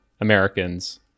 Americans